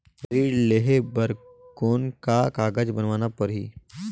ऋण लेहे बर कौन का कागज बनवाना परही?